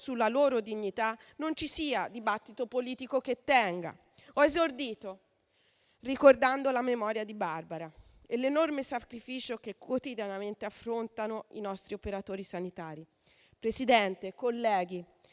sulla loro dignità non ci sia dibattito politico che tenga. Ho esordito ricordando la memoria di Barbara e l'enorme sacrificio che quotidianamente affrontano i nostri operatori sanitari. Signor Presidente, onorevoli